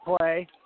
play